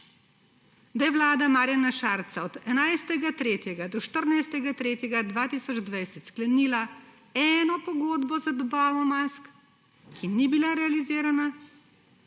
Da je vlada Marjana Šarca od 11. 3. do 14. 3. 2020 sklenila eno pogodbo za dobavo mask, ki ni bila realizirana,